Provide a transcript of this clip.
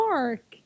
Mark